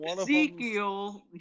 Ezekiel